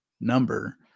number